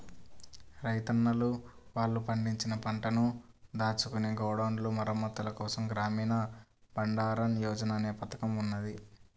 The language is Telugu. రైతన్నలు వాళ్ళు పండించిన పంటను దాచుకునే గోడౌన్ల మరమ్మత్తుల కోసం గ్రామీణ బండారన్ యోజన అనే పథకం ఉన్నది